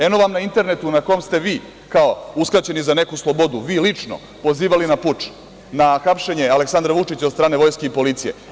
Eno vam na internetu, na kom ste vi kao uskraćeni za neku slobodu, vi lično, pozivali na puč, na hapšenje Aleksandra Vučića od strane vojske i policije.